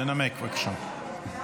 בבקשה.